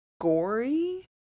gory